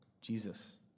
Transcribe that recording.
Jesus